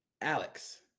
Alex